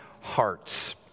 hearts